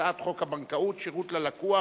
את הצעת חוק הבנקאות (שירות ללקוח)